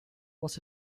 what